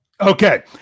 Okay